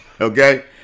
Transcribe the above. Okay